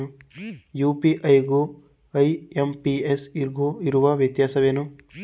UPI ಗು IMPS ಗು ಇರುವ ವ್ಯತ್ಯಾಸವೇನು?